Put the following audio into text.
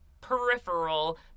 peripheral